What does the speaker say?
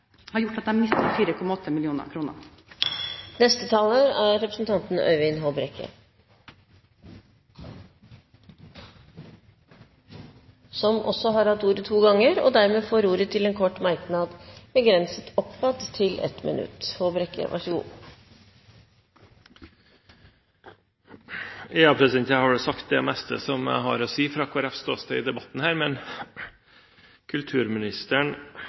har gjort at de mister 4,8 mill. kr. Representanten Øyvind Håbrekke har også hatt ordet to ganger tidligere og får ordet til en kort merknad, begrenset til 1 minutt. Jeg har vel sagt det meste jeg har å si fra Kristelig Folkepartis ståsted i denne debatten, men kulturministeren